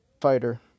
fighter